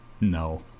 no